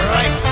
Right